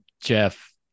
jeff